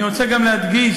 אני רוצה גם להדגיש,